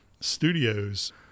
studios